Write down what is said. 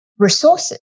Resources